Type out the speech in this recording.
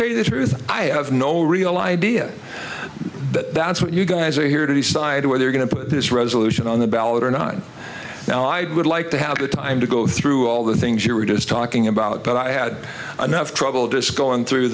tell you the truth i have no real idea but that's what you guys are here to decide where they're going to put this resolution on the ballot and on now i would like to have the time to go through all the things you were just talking about that i had enough trouble just going through